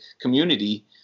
community